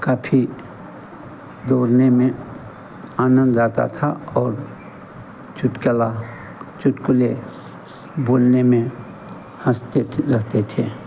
काफी दोड़ने में आनंद आता था और चुटकुला चुटकुले बोलने में हँसते रहते थे